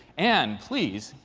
anne, please,